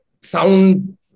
sound